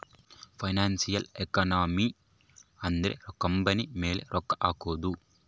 financial economics ಅಂದ್ರ company ಮೇಲೆ ರೊಕ್ಕ ಹಕೋದು